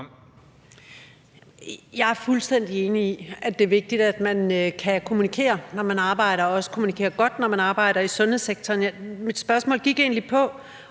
Jeg er fuldstændig enig i, at det er vigtigt, at man kan kommunikere og også kommunikere godt, når man arbejder i sundhedssektoren. Men mit spørgsmål gik egentlig på,